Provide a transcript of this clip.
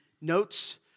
notes